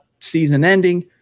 season-ending